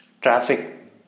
traffic